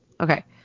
Okay